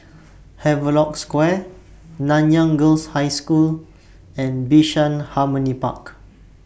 Havelock Square Nanyang Girls' High School and Bishan Harmony Park